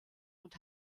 und